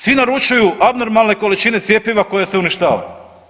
Svi naručuju abnormalne količine cjepiva koje se uništava.